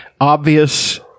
obvious